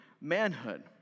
manhood